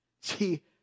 See